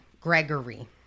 Gregory